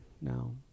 now